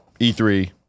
E3